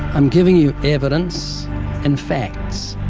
i'm giving you evidence and facts.